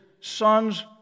son's